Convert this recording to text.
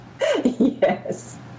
Yes